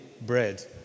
bread